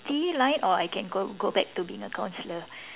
T line or I can go back and be a counsellor